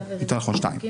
יותר נכון, שתי ברירות מחדל.